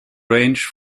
range